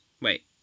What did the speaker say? wait